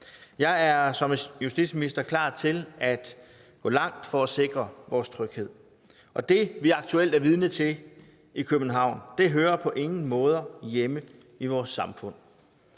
Jeg er som justitsminister klar til at gå langt for at sikre vores tryghed, og det, vi aktuelt er vidne til i København, hører på ingen måde hjemme i vores samfund.